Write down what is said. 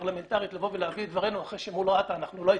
הפרלמנטרית לבוא ולהביא את דברנו אחרי שמול רת"א אנחנו לא הצלחנו.